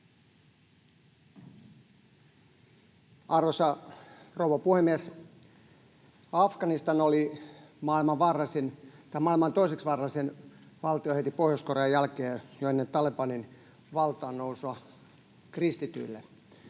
Arvoisa rouva puhemies! Afganistan oli kristityille maailman toiseksi vaarallisin valtio heti Pohjois-Korean jälkeen jo ennen Talebanin valtaannousua, ja nyt